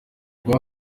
rwa